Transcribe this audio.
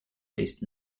based